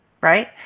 right